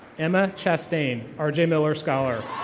emma chastain, arjay miller scholar.